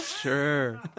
Sure